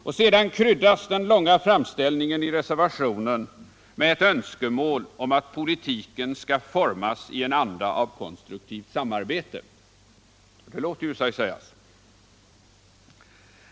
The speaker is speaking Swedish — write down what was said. Och sedan kryddas den långa framställningen i reservationen med ett önskemål om att politiken skall formas i en anda av konstruktivt samarbete.